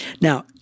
Now